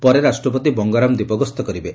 ପରେ ରାଷ୍ଟ୍ରପତି ବଙ୍ଗରାମ ଦ୍ୱୀପ ଗସ୍ତ କରିବେ